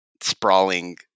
sprawling